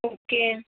okay